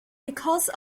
because